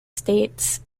states